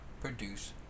produce